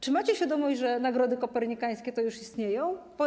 Czy macie świadomość, że Nagrody Kopernikańskie już istnieją?